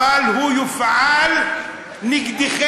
אבל הוא יופעל נגדכם,